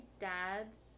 dad's